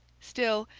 still,